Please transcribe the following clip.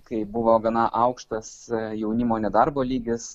kai buvo gana aukštas jaunimo nedarbo lygis